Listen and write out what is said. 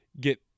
get